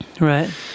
Right